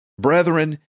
Brethren